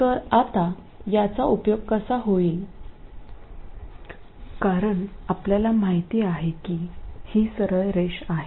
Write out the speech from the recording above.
तर आता याचा उपयोग कसा होईल कारण आपल्याला माहिती आहे की ही सरळ रेष आहे